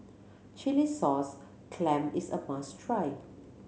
chilli sauce clam is a must try